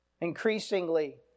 Increasingly